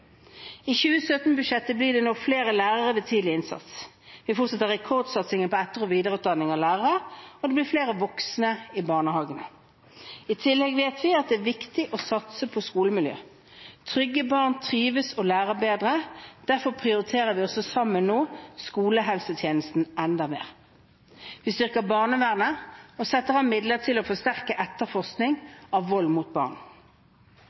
Med 2017-budsjettet blir det nå flere lærere til tidlig innsats. Vi fortsetter rekordsatsingen på etter- og videreutdanningen av lærere, og det blir flere voksne i barnehagene. I tillegg vet vi at det er viktig å satse på skolemiljøet. Trygge barn trives og lærer bedre. Derfor prioriterer vi også skolehelsetjenesten enda mer. Vi styrker barnevernet og setter av midler til å forsterke etterforskning av vold mot barn.